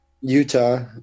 Utah